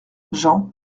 jean